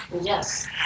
Yes